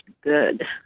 good